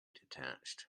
detached